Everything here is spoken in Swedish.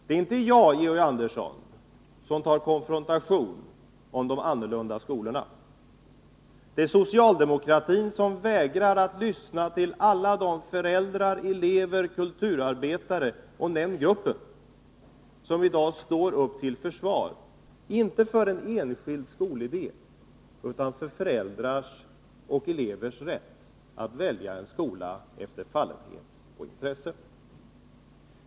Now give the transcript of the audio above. Det är inte jag, Georg Andersson, som tar konfrontation om de annorlunda skolorna. Det är socialdemokratin som vägrar att lyssna till alla de föräldrar, elever, kulturarbetare och andra som i dag står upp till försvar, inte bara för en enskild skolidé utan också för föräldrars och elevers rätt att välja skola efter fallenhet och intresse.